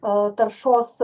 o taršos